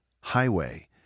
Highway